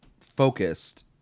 focused